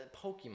pokemon